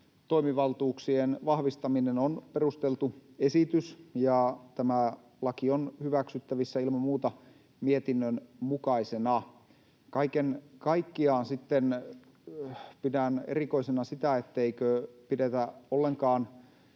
toimivaltuuksien vahvistaminen on perusteltu esitys, ja tämä laki on hyväksyttävissä, ilman muuta, mietinnön mukaisena. Kaiken kaikkiaan pidän erikoisena sitä, etteikö pidetä ollenkaan